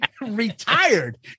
retired